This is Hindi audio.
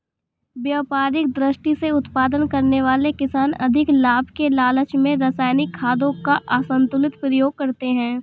व्यापारिक दृष्टि से उत्पादन करने वाले किसान अधिक लाभ के लालच में रसायनिक खादों का असन्तुलित प्रयोग करते हैं